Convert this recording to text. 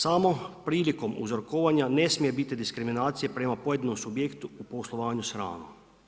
Samo prilikom uzorkovanja ne smije biti diskriminacije prema pojedinom subjektu u poslovanju s hranom.